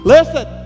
Listen